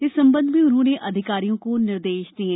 इस संबंध में उन्होंने अधिकारियों को निर्देश दिये